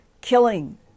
killing